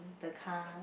the car